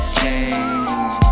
change